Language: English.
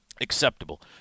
acceptable